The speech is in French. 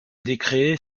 décrets